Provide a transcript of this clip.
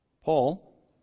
Paul